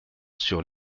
sur